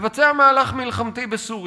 לבצע מהלך מלחמתי בסוריה.